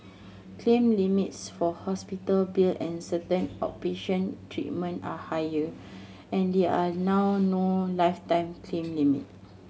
claim limits for hospital bill and certain outpatient treatment are higher and there are now no lifetime claim limit